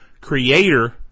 creator